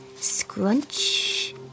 Scrunch